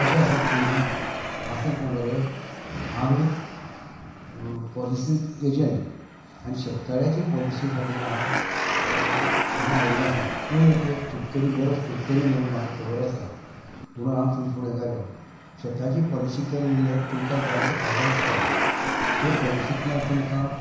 कशें आसात तुमी आसत ना बरें हांव एक पॉलिसी एजंट आनी शेतकाऱ्याची पॉलिशी खातीर हांव हांगा आयिल्लो आसा तूं एक शेतकरी बरो शेतकरी म्हणून म्हाका खबर आसा म्हणून हांव तुजे फुड्यांक आयलो शेताची पॉलिशी केले तुमकां जायतो फायदो आसता ते पॉलिशींतल्यान तुमकां